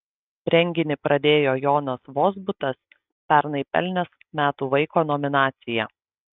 renginį pradėjo jonas vozbutas pernai pelnęs metų vaiko nominaciją